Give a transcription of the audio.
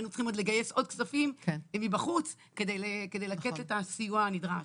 היינו צריכים עוד לגייס עוד כספים מבחוץ כדי לתת את הסיוע הנדרש.